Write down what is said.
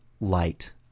light